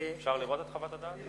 אפשר לראות את חוות הדעת?